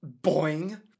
Boing